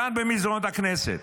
כאן במסדרונות הכנסת,